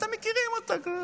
אתם מכירים אותה כבר.